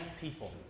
people